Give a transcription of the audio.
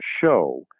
show